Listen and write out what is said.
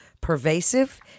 pervasive